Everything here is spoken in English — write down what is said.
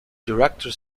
director